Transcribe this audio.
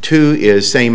to is same